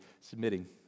submitting